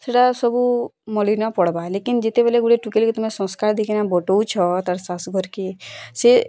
ସେଟା ସବୁ ମଲିନ ପଡ଼ବା ଲେକିନ୍ ଯେତେବେଲେ ଗୋଟେ ଟୋକେଲ୍କୁ ତମେ ସଂସ୍କାର ଦେଇ କିନା ବଟଉଛ ତା'ର୍ ଶାଶୁଘର୍ କେ ସେ